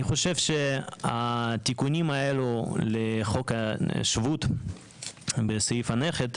אני חושב שהתיקונים האלה לחוק השבות בסעיף הנכד,